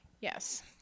Yes